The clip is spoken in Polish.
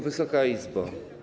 Wysoka Izbo!